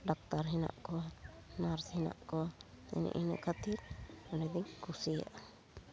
doctor ᱦᱮᱱᱟᱜ ᱠᱚᱣᱟ nurse ᱦᱮᱱᱟᱜ ᱠᱚᱣᱟ ᱮᱱ ᱤᱱᱟᱹ ᱠᱷᱟᱹᱛᱤᱨ ᱚᱸᱰᱮ ᱫᱚᱧ ᱠᱩᱥᱤᱭᱟᱜᱼᱟ